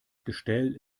gestell